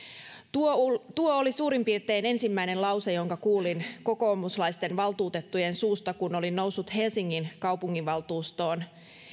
tuo tuo oli suurin piirtein ensimmäinen lause jonka kuulin kokoomuslaisten valtuutettujen suusta kun olin noussut helsingin kaupunginvaltuustoon